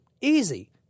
Easy